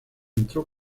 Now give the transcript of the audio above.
entró